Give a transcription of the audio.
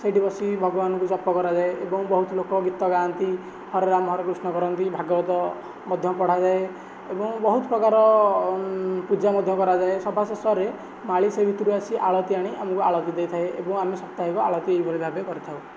ସେଇଠି ବସିକି ଭଗବାନଙ୍କୁ ଜପ କରାଯାଏ ଏବଂ ବହୁତ ଲୋକ ଗୀତ ଗାଆନ୍ତି ହରେ ରାମ ହରେ କୃଷ୍ଣ କରନ୍ତି ଭାଗବତ ମଧ୍ୟ ପଢ଼ାଯାଏ ଏବଂ ବହୁତ ପ୍ରକାର ପୂଜା ମଧ୍ୟ କରାଯାଏ ସବାଶେଷରେ ମାଳି ସେହି ଭିତରେ ଆସି ଆଳତି ଆଣି ଆମକୁ ଆଳତି ଦେଇଥାଏ ଏବଂ ଆମେ ସପ୍ତାହକ ଆଳତି ଏହିପରି ଭାବେ କରିଥାଉ